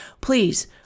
please